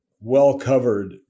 well-covered